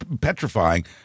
petrifying